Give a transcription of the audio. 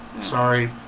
sorry